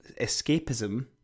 escapism